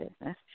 business